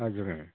हजुर